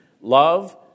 love